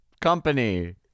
company